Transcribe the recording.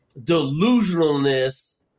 delusionalness